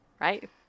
Right